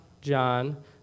John